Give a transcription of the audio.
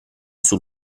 sul